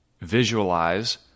visualize